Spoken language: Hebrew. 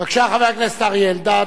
בבקשה, חבר הכנסת אריה אלדד.